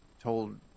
told